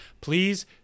please